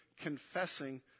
confessing